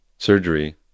surgery